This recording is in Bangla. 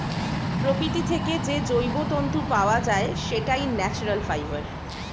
প্রকৃতি থেকে যে জৈব তন্তু পাওয়া যায়, সেটাই ন্যাচারাল ফাইবার